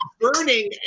burning